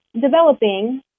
developing